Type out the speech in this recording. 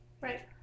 Right